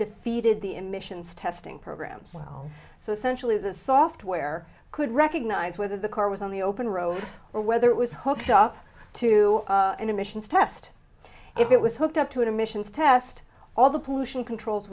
defeated the emissions testing programs so essentially the software could recognize whether the car was on the open road or whether it was hooked up to an emissions test if it was hooked up to an emissions test all the pollution controls